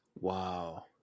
Wow